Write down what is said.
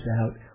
out